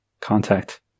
contact